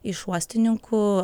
iš uostininkų